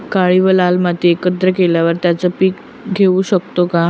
काळी व लाल माती एकत्र केल्यावर त्यात पीक घेऊ शकतो का?